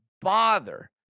bother